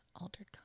altered